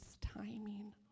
timing